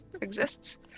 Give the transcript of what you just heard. exists